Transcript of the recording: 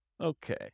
Okay